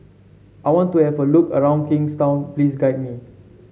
I want to have a look around Kingstown please guide me